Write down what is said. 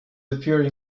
appeared